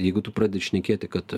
jeigu tu pradedi šnekėti kad